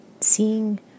seeing